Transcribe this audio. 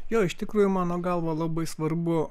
jo iš tikrųjų mano galva labai svarbu